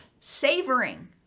savoring